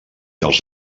els